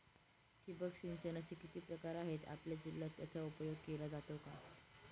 ठिबक सिंचनाचे किती प्रकार आहेत? आपल्या जिल्ह्यात याचा उपयोग केला जातो का?